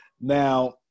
Now